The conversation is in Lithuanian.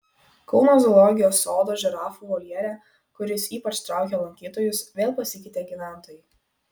kauno zoologijos sodo žirafų voljere kuris ypač traukia lankytojus vėl pasikeitė gyventojai